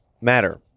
matter